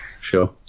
Sure